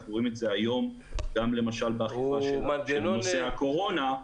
אנחנו רואים את זה היום גם באכיפה בנושא הקורונה.